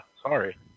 Sorry